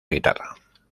guitarra